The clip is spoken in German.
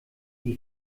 die